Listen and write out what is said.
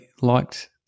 liked